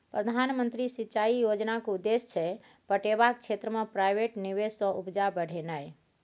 प्रधानमंत्री सिंचाई योजनाक उद्देश्य छै पटेबाक क्षेत्र मे प्राइवेट निबेश सँ उपजा बढ़ेनाइ